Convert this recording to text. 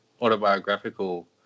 autobiographical